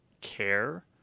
care